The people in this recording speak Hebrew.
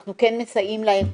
אנחנו כן מסייעים להם,